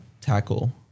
tackle